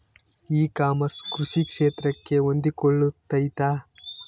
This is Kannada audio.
ಇ ಕಾಮರ್ಸ್ ಕೃಷಿ ಕ್ಷೇತ್ರಕ್ಕೆ ಹೊಂದಿಕೊಳ್ತೈತಾ?